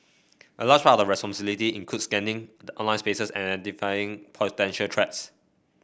a large part of their responsibilities includes scanning the online space and identifying potential threats